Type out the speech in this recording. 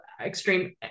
extreme